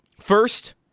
first